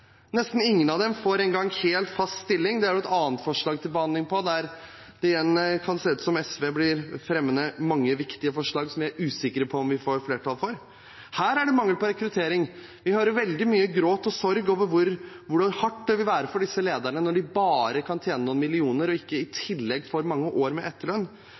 Nesten ingen av dem får engang hel, fast stilling. Det er et annet forslag vi har til behandling. Det kan se ut som om SV kommer til å fremme mange viktige forslag som vi er usikre på om vi får flertall for. Her er det mangel på rekruttering. Vi hører veldig mye gråt og sorg over hvor hardt det vil være for disse lederne når de bare kan tjene noen millioner og ikke i tillegg får mange år med etterlønn.